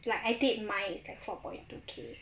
like I did my is like four point two K